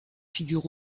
figure